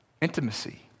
intimacy